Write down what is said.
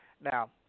Now